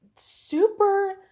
super